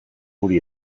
guri